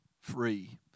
free